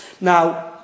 Now